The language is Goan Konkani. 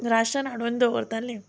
राशन हाडून दवरताले